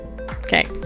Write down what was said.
Okay